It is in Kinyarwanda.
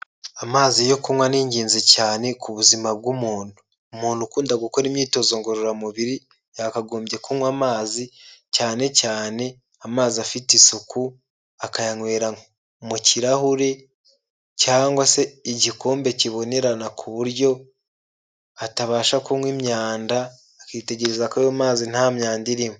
Amazi yo kunywa ni ingenzi cyane ku buzima bw'umuntu. Umuntu ukunda gukora imyitozo ngororamubiri yakagombye kunywa amazi, cyane cyane amazi afite isuku akayanywera mu kirahuri cyangwa se igikombe kibonerana ku buryo atabasha kunywa imyanda, akitegereza ko ayo mazi nta myanda irimo.